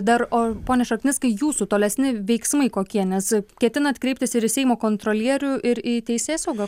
dar o pone šarknickai jūsų tolesni veiksmai kokie nes ketinat kreiptis ir į seimo kontrolierių ir į teisėsaugą